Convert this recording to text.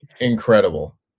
incredible